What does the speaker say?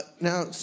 Now